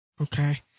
Okay